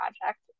project